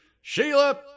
Sheila